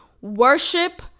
worship